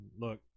look